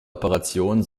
operation